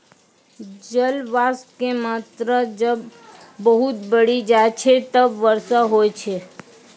जलवाष्प के मात्रा जब बहुत बढ़ी जाय छै तब वर्षा होय छै